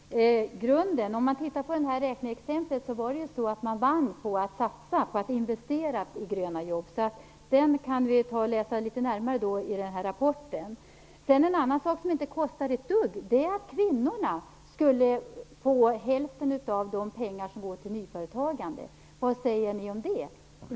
Herr talman! Om man tittar på räkneexemplet ser man att man vann på att satsa på och investera i gröna jobb. Man kan läsa närmare om det i rapporten. En annan sak som inte kostar ett dugg är att ge kvinnorna hälften av de pengar som går till nyföretagande. Vad säger ni om det?